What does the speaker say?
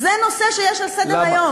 זה נושא שיש בסדר-היום.